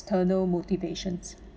external motivations